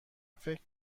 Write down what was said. فکر